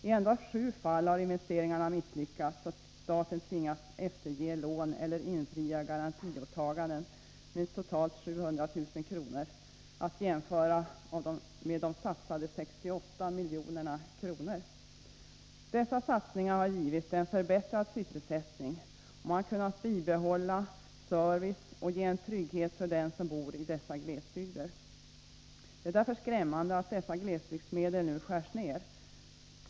I endast sju fall har investeringarna misslyckats och staten tvingats efterskänka lån eller infria garantiåtaganden med totalt 700 000 kr. — att jämföra med satsade 68 milj.kr. Dessa satsningar har givit en förbättrad sysselsättning, och man har kunnat bibehålla service och ge en trygghet för den som bor i dessa glesbygder. Det är därför skrämmande att glesbygdsmedlen nu skärs ner.